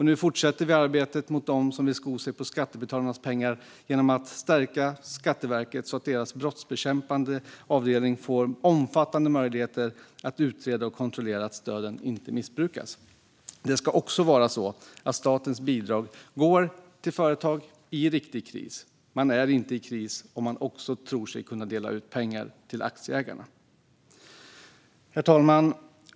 Nu fortsätter vi arbetet mot dem som vill sko sig på skattebetalarnas pengar genom att vi stärker Skatteverket så att deras brottsbekämpande avdelning får omfattande möjligheter att utreda och kontrollera att stöden inte missbrukas. Statens bidrag ska gå till företag i riktig kris. Man är inte i kris om man också tror sig kunna dela ut pengar till aktieägarna. Herr talman!